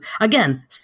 again